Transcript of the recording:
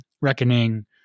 reckoning